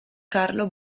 carlo